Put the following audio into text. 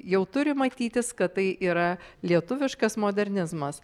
jau turi matytis kad tai yra lietuviškas modernizmas